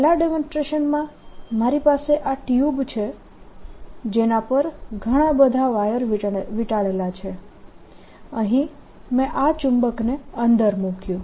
પહેલા ડેમોન્સ્ટ્રેશનમાં મારી પાસે આ ટ્યુબ છે જેના પર ઘણા બધા વાયર વીંટાળેલા છે અહીં મેં આ ચુંબકને અંદર મૂક્યું